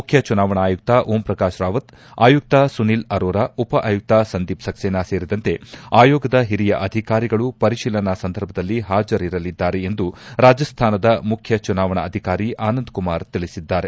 ಮುಖ್ಯ ಚುನಾವಣಾ ಆಯುಕ್ತ ಓಂ ಪ್ರಕಾಶ್ ರಾವತ್ ಆಯುಕ್ತ ಸುನೀಲ್ ಅರೋರ ಉಪ ಆಯುಕ್ತ ಸಂದೀಪ್ ಸಕ್ಷೇನಾ ಸೇರಿದಂತೆ ಆಯೋಗದ ಹಿರಿಯ ಅಧಿಕಾರಿಗಳು ಪರಿತೀಲನಾ ಸಂದರ್ಭದಲ್ಲಿ ಹಾಜರಿರಲಿದ್ದಾರೆ ಎಂದು ರಾಜಸ್ತಾನದ ಮುಖ್ಯ ಚುನಾವಣಾ ಅಧಿಕಾರಿ ಆನಂದ್ ಕುಮಾರ್ ತಿಳಿಸಿದ್ದಾರೆ